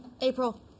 April